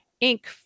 ink